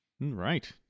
Right